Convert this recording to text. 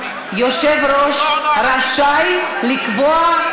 יושב-ראש רשאי לקבוע,